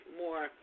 more